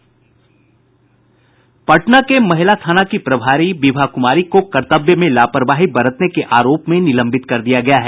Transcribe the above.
पटना के महिला थाना प्रभारी विभा कुमारी को कर्तव्य में लापरवाही बरतने के आरोप में निलंबित कर दिया गया है